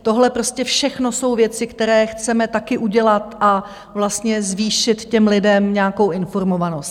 Tohle prostě všechno jsou věci, které chceme taky udělat a vlastně zvýšit těm lidem nějakou informovanost.